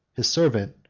his servant,